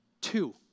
Two